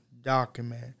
document